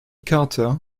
carter